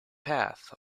path